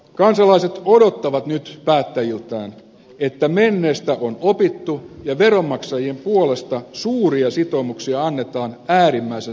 kansalaiset odottavat nyt päättäjiltään että menneestä on opittu ja veronmaksajien puolesta suuria sitoumuksia annetaan äärimmäisen suurella harkinnalla